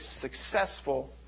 successful